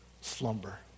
slumber